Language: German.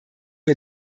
wir